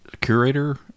curator